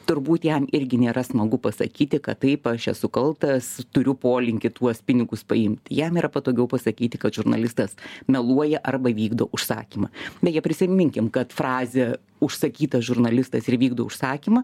turbūt jam irgi nėra smagu pasakyti kad taip aš esu kaltas turiu polinkį tuos pinigus paimt jam yra patogiau pasakyti kad žurnalistas meluoja arba vykdo užsakymą beje prisiminkim kad frazę užsakytas žurnalistas ir vykdo užsakymą